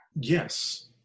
Yes